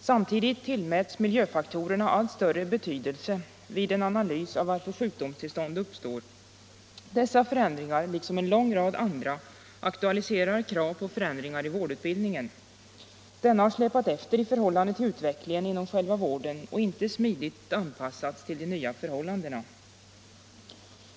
Samtidigt tillmäts miljöfaktorerna allt större betydelse vid en analys av varför sjukdomstillstånd uppstår. Dessa förändringar liksom en lång rad andra aktualiserar krav på förändringar i vårdutbildningen. Denna har släpat efter i förhållande till utvecklingen inom själva vården och inte smidigt anpassats till de nya förhållandena.